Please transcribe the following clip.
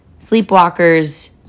Sleepwalkers